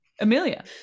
Amelia